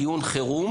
דיון חירום,